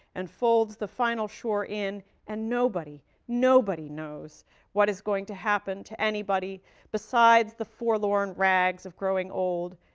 and folds the final shore in and nobody, nobody knows what is going to happen to anybody besides the forlorn rags of growing old,